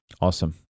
Awesome